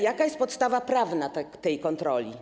Jaka jest podstawa prawna tej kontroli?